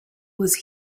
was